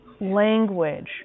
language